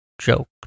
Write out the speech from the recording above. joke